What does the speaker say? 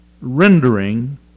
rendering